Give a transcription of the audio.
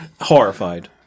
Horrified